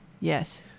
Yes